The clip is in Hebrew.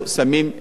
זה מספיק,